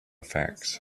facts